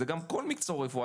זה גם כל מקצוע רפואה.